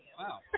Wow